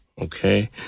Okay